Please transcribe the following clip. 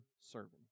serving